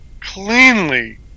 cleanly